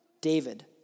David